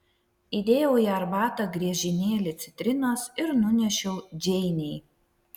įdėjau į arbatą griežinėlį citrinos ir nunešiau džeinei